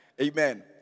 Amen